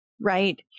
right